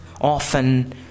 often